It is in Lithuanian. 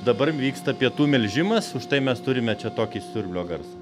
dabar vyksta pietų melžimas užtai mes turime čia tokį siurbio garsą